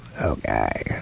okay